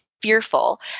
fearful